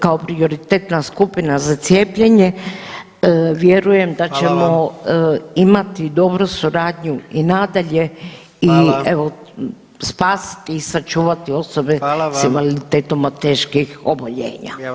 Kao prioritetna skupina za cijepljenje vjerujem da ćemo [[Upadica: Hvala vam]] imati dobru suradnju i nadalje [[Upadica: Hvala]] i evo spasiti i sačuvati osobe [[Upadica: Hvala vam]] s invaliditetom od teških oboljenja.